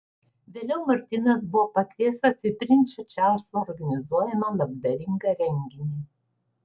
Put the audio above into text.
vėliau martynas buvo pakviestas į princo čarlzo organizuojamą labdaringą renginį